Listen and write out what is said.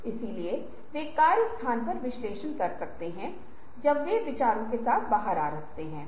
तो कम से कम हमे 1 2 3 4 5 मैं पांच विचारों के साथ आया हूं आप कई अन्य विचारों के साथ आ सकते हैं